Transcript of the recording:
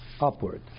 upward